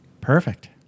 Perfect